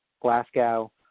Glasgow